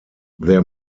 their